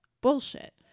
bullshit